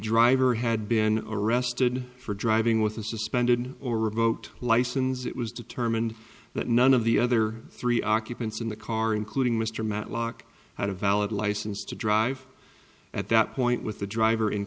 driver had been arrested for driving with a suspended or revoked license it was determined that none of the other three occupants in the car including mr matlock had a valid license to drive at that point with the driver in